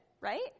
right